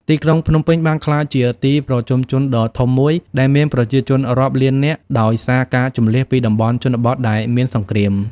ទីក្រុងភ្នំពេញ បានក្លាយជាទីប្រជុំជនដ៏ធំមួយដែលមានប្រជាជនរាប់លាននាក់ ដោយសារការជម្លៀសពីតំបន់ជនបទដែលមានសង្គ្រាម។